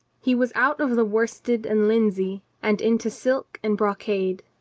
he was out of the worsted and linsey and into silk and brocade.